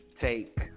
take